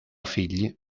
figli